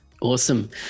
Awesome